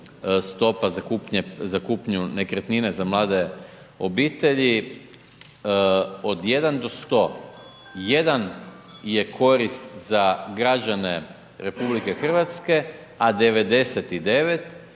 za kupnju nekretnine za mlade obitelji od 1 do 100, 1 je korist za građane RH, a 99 je